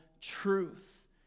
truth